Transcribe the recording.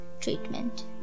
treatment